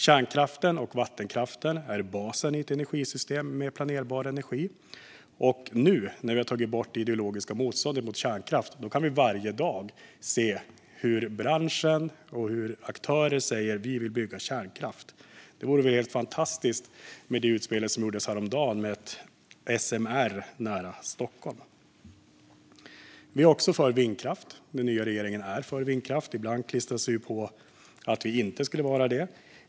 Kärnkraften och vattenkraften är basen i ett energisystem med planerbar energi. Och nu när vi har tagit bort det ideologiska motståndet mot kärnkraft kan vi varje dag höra branschen och aktörer säga att de vill bygga kärnkraft. Det gjordes ett utspel häromdagen om ett SMR nära Stockholm, vilket vore helt fantastiskt. Vi och den nya regeringen är också för vindkraft. Ibland klistras det på oss att vi inte skulle vara det.